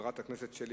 חברת הכנסת שלי